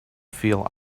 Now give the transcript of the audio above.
feel